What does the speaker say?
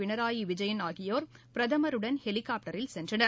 பினராயி விஜயன் ஆகியோர் பிரதமாடன் ஹெலிகாப்டரில் சென்றனர்